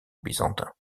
byzantin